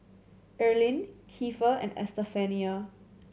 Earline Kiefer and Estefania